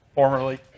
formerly